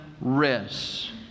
rest